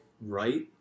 right